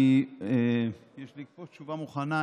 יש לי תשובה מוכנה,